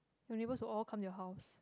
your neighbours will all come to your house